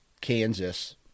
Kansas